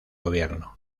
gobierno